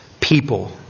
people